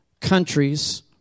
countries